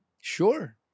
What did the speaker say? sure